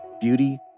beauty